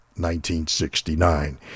1969